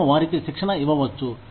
మేము వారికి శిక్షణ ఇవ్వవచ్చు